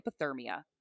hypothermia